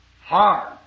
Hard